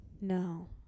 No